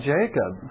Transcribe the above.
Jacob